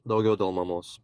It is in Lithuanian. daugiau dėl mamos